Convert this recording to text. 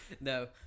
No